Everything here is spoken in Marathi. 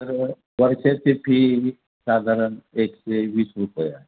तर वर्षाची फी साधारण एकशे वीस रुपये आहे